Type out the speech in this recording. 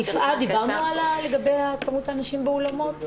יפעת, דיברנו לגבי כמות האנשים באולמות?